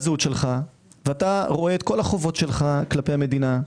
הזהות שלך ואתה רואה את כל החובות שלך כלפי המדינה,